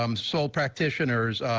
um so practitioners,